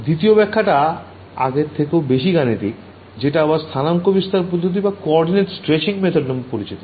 দ্বিতীয় ব্যখ্যা টা আগের থেকেও বেশি গাণিতিক যেটা আবার স্থানাঙ্ক বিস্তার পদ্ধতি নামেও পরিচিত